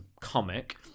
comic